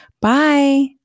Bye